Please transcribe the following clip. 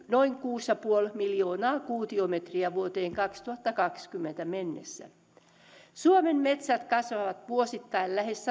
noin kuusi pilkku viisi miljoonaa kuutiometriä vuoteen kaksituhattakaksikymmentä mennessä suomen metsät kasvavat vuosittain lähes